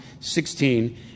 16